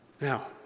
Now